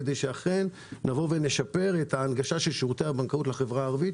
כדי שאכן נשפר את ההנגשה של שירותי הבנקאות לחברה הערבית,